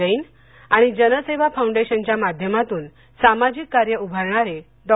जैन आणि जनसेवा फाउंडेशनच्या माध्यमातून सामाजिक कार्य उभारणारे डॉ